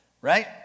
Right